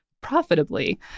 profitably